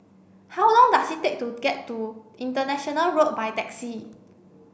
how long does it take to get to International Road by taxi